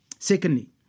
Secondly